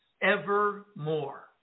evermore